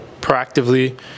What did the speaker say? proactively